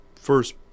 first